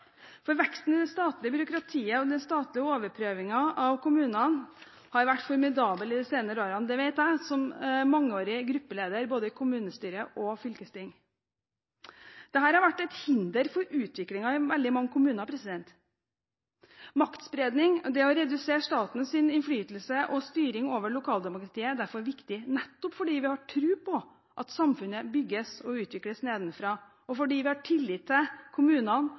Veksten i det statlige byråkratiet og den statlige overprøvingen av kommunen har vært formidabel de senere årene. Det vet jeg som mangeårig gruppeleder både i kommunestyre og fylkesting. Dette har vært et hinder for utviklingen i veldig mange kommuner. Maktspredning – det å redusere statens innflytelse og styring over lokaldemokratiet – er derfor viktig nettopp fordi vi har tro på at samfunnet bygges og utvikles nedenfra, og fordi vi har tillit til kommunene